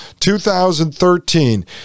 2013